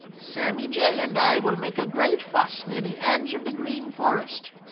sammy jay and i will make a great fuss near the edge of the green forest.